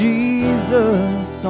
Jesus